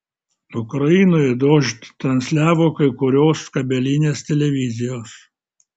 ukrainoje dožd transliavo kai kurios kabelinės televizijos